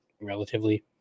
relatively